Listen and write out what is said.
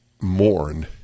mourn